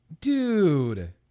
Dude